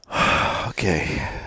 Okay